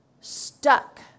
stuck